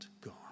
God